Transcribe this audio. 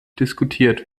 diskutiert